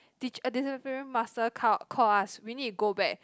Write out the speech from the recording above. teach~ discipline master call call us we need to go back